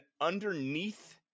underneath